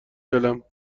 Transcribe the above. دلم